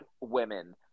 women